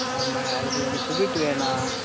ஆமாங்க அதுக்கு கொஞ்சம் ஸ்வீட்டு வேணும்